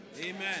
Amen